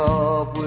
up